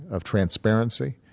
of transparency,